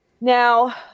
Now